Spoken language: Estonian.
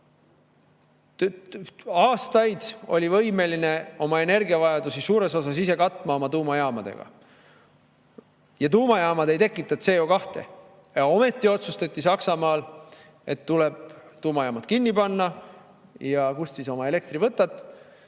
aastaid võimeline oma energiavajadusi suures osas ise katma oma tuumajaamadega. Ja tuumajaamad ei tekita CO2. Ometi otsustati Saksamaal, et tuleb tuumajaamad kinni panna. Ja kust sa siis oma elektri võtad?